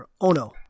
Ono